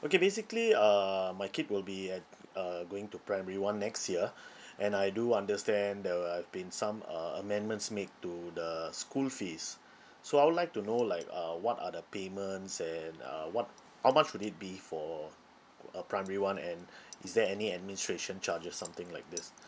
okay basically uh my kid will be at uh going to primary one next year and I do understand there have been some uh amendments make to the school fees so I would like to know like uh what are the payments and uh what how much would it be for oo a primary one and is there any administration charges something like this